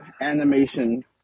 animation